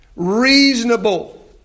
Reasonable